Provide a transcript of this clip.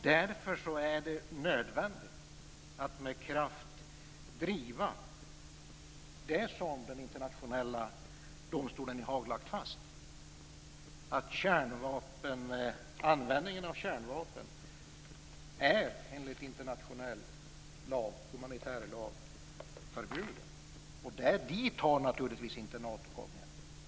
Därför är det nödvändigt att med kraft driva det som den internationella domstolen i Haag har lagt fast, nämligen att användningen av kärnvapen är förbjuden enligt internationell humanitär lag. Dit har Nato naturligtvis inte kommit än.